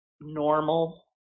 normal